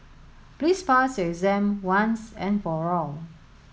please pass your exam once and for all